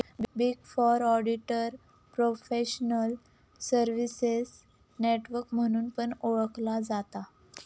big four auditor professional services network म्हणून पण ओळखला जाता